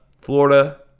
Florida